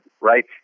right